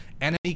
enemy